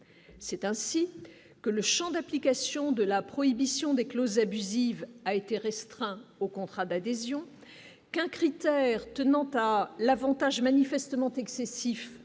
c'est ainsi que le Champ d'application de la prohibition des clauses abusives a été restreint au contrat d'adhésion aucun critère tenant à l'Avantage manifestement excessif